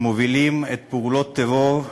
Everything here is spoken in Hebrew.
מובילים פעולות טרור,